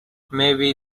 maybe